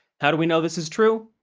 how do we know this is true?